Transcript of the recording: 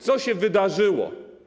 Co się wydarzyło?